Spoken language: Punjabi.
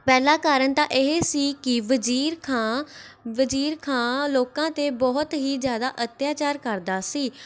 ਪਹਿਲਾਂ ਕਾਰਨ ਤਾਂ ਇਹ ਸੀ ਕਿ ਵਜ਼ੀਰ ਖ਼ਾਂ ਵਜ਼ੀਰ ਖ਼ਾਂ ਲੋਕਾਂ 'ਤੇ ਬਹੁਤ ਹੀ ਜ਼ਿਆਦਾ ਅੱਤਿਆਚਾਰ ਕਰਦਾ ਸੀ